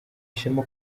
ishema